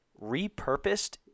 repurposed